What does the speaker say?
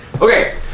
Okay